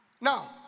Now